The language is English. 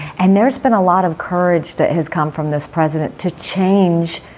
and there's been a lot of courage that has come from this president to change.